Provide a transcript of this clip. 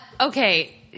Okay